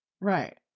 Right